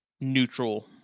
neutral